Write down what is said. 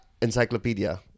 encyclopedia